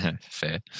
Fair